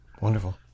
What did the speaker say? Wonderful